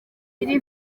iri